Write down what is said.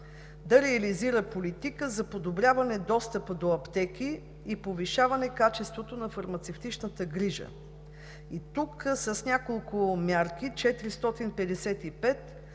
да реализира политика за подобряване достъпа до аптеки и повишаване качеството на фармацевтичната грижа. И тук с няколко мерки – 455,